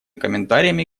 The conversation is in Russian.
комментариями